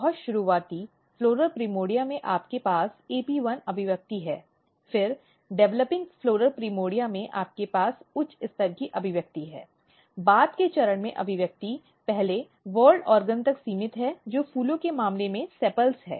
बहुत शुरुआती floral primordia में आपके पास AP1 अभिव्यक्ति है फिर विकासशील फ़्लॉरल प्राइमोर्डिया में आपके पास उच्च स्तर की अभिव्यक्ति है बाद के चरण में अभिव्यक्ति पहले वोर्ल अंग तक सीमित है जो फूलों के मामले में सीपल्स है